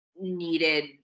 needed